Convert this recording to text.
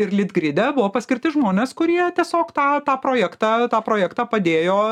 ir litgride buvo paskirti žmones kurie tiesiog tą projektą tą projektą padėjo